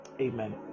Amen